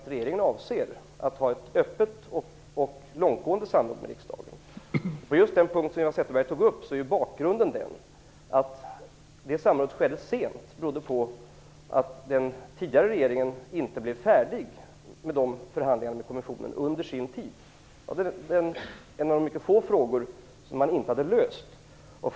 Regeringen avser att ha ett öppet och långtgående samarbete med riksdagen. Anledningen till att samrådet skedde sent i det fall som Eva Zetterberg tog upp är att den tidigare regeringen inte blev färdig med förhandlingarna med kommissionen under sin tid. Det var en av de få frågor som inte hade lösts.